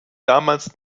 damals